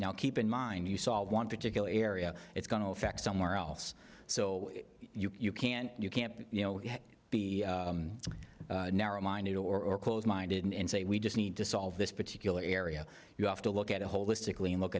now keep in mind you solve one particular area it's going to affect somewhere else so you can't you can't you know be narrow minded or close minded and say we just need to solve this particular area you have to look at it holistically and look